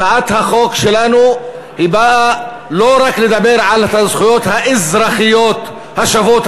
הצעת החוק שלנו באה לא רק לדבר על הזכויות האזרחיות השוות,